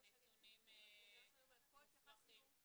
נתונים מופרכים.